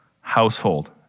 household